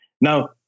Now